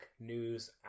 news